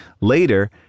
Later